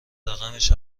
رقمش